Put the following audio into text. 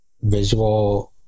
visual